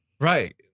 Right